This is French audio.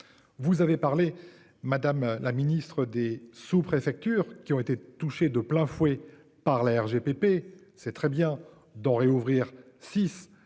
Vous avez parlé Madame la Ministre des sous-, préfectures qui ont été touchés de plein fouet par la RGPP. C'est très bien d'en réouvrir six